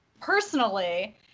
personally